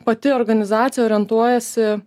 pati organizacija orientuojasi